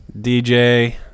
DJ